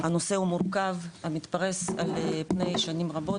הנושא הוא מורכב והוא מתפרש על פני שנים רבות,